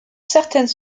certaines